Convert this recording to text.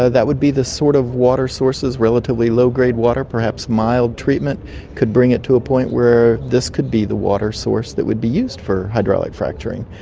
ah that would be the sort of water sources, relatively low-grade water, perhaps mild treatment could bring it to a point where this could be the water source that would be used for hydraulic fracturing.